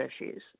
issues